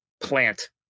plant